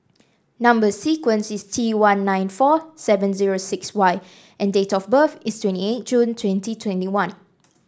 number sequence is T one nine four seven zero six Y and date of birth is twenty eight June twenty twenty one